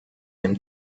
dem